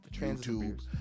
YouTube